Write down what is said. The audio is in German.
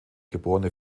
geborene